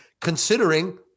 considering